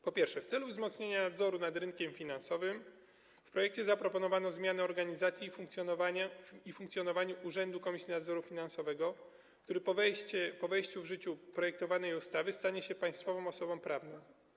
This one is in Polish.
Po pierwsze, w celu wzmocnienia nadzoru nad rynkiem finansowym w projekcie zaproponowano zmiany w organizacji i funkcjonowaniu Urzędu Komisji Nadzoru Finansowego, który po wejściu w życie projektowanej ustawy stanie się państwową osobą prawną.